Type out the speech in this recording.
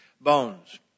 bones